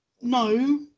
No